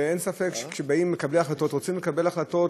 אין ספק שכשבאים מקבלי ההחלטות ורוצים לקבל החלטות,